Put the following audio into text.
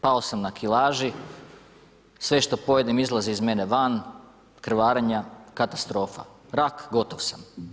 Pao sam na kilaži, sve što pojedem izlazi iz mene van, krvarenja, katastrofa, rak, gotov sam.